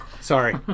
sorry